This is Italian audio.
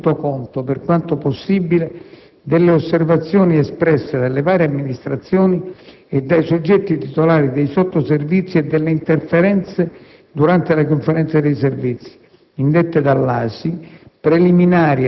per cui la progettazione definitiva ha tenuto conto, per quanto possibile, delle osservazioni espresse dalle varie amministrazioni e dai soggetti titolari dei sottoservizi e delle interferenze durante le Conferenze di servizi,